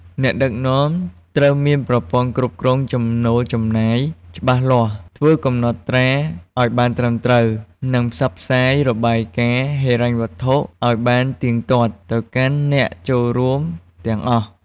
អ្នកដឹកនាំត្រូវមានប្រព័ន្ធគ្រប់គ្រងចំណូលចំណាយច្បាស់លាស់ ធ្វើកំណត់ត្រាឱ្យបានត្រឹមត្រូវ និងផ្សព្វផ្សាយរបាយការណ៍ហិរញ្ញវត្ថុឲ្យបានទៀងទាត់ទៅកាន់អ្នកចូលរួមទាំងអស់។